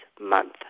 month